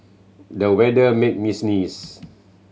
the weather made me sneeze